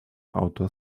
outdoor